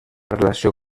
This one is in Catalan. relació